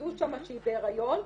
שיידעו שם שהיא בהריון,